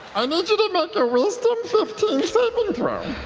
i need you to make a wisdom fifteen saving throw.